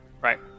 Right